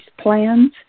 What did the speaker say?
plans